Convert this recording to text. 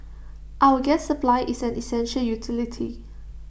our gas supply is an essential utility